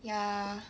ya